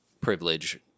privilege